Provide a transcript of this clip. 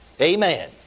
Amen